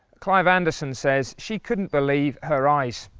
clive anderson says she couldn't believe her eyes.